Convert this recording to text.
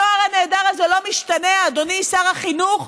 הנוער הנהדר הזה לא משתנה, אדוני שר החינוך,